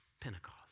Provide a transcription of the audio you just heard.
Pentecost